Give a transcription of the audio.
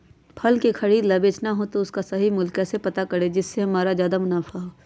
फल का खरीद का बेचना हो तो उसका सही मूल्य कैसे पता करें जिससे हमारा ज्याद मुनाफा हो?